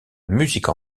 musique